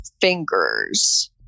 Fingers